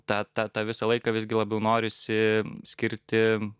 tą tą tą visą laiką visgi labiau norisi skirti